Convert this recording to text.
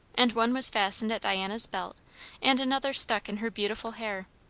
and one was fastened at diana's belt and another stuck in her beautiful hair.